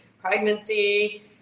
pregnancy